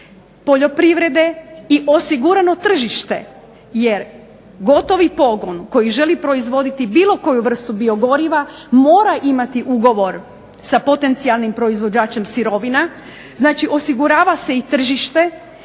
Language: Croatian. poljoprivrede i osigurano tržište. Jer gotovi pogon koji želi proizvoditi bilo koju vrstu biogoriva mora imati ugovor sa potencijalnim proizvođačem sirovina, znači osigurava se i tržište